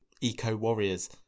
eco-warriors